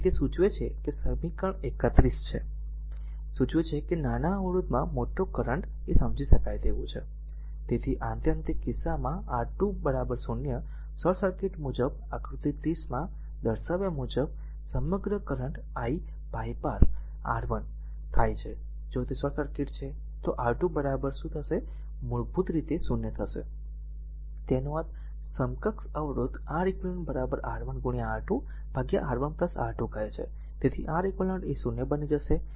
તેથી તેથી તે સૂચવે છે કે સમીકરણ 31 છે સૂચવે છે કે નાના અવરોધ માં મોટો કરંટ કરંટ સમજી શકાય તેવું છે તેથી આત્યંતિક કિસ્સામાં R2 0 શોર્ટ સર્કિટ મુજબ આકૃતિ 30 માં દર્શાવ્યા મુજબ સમગ્ર કરંટ I બાયપાસ R1 જો તે શોર્ટ સર્કિટ છે તો R2 r મૂળભૂત રીતે 0 તેનો અર્થ સમકક્ષ અવરોધ R eq R1 R2 R1 R2 કહે છે તેથી R eq એ 0 બની જશે